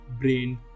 brain